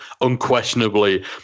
unquestionably